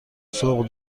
سوق